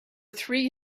three